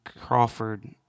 Crawford